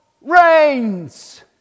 reigns